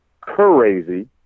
crazy